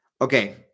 Okay